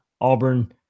Auburn